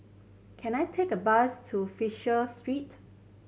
can I take a bus to Fisher Street